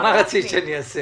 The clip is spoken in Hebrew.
מה רצית שאני אעשה?